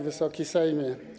Wysoki Sejmie!